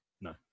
No